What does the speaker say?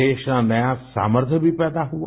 देश में नया सामर्थ्य भी पैदा हुआ